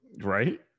Right